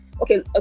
okay